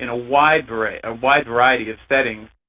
in a wide variety ah wide variety of settings.